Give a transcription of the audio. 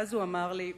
ואז הוא אמר לי: